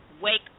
wake